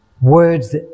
words